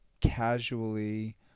casually